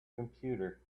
computer